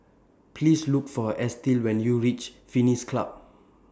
Please Look For Estill when YOU REACH Pines Club